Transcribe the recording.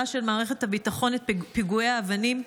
של מערכת הביטחון את פיגועי האבנים,